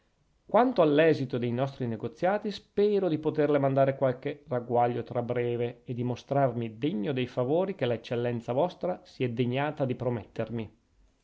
quanto all'esito dei nostri negoziati spero di poterle mandare qualche ragguaglio tra breve e di mostrarmi degno dei favori che la eccellenza vostra si è degnata di promettermi